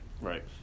right